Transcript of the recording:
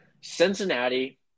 Cincinnati